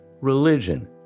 religion